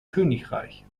königreich